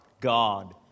God